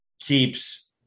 keeps